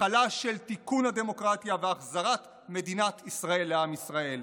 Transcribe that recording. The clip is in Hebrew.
התחלה של תיקון הדמוקרטיה והחזרת מדינת ישראל לעם ישראל.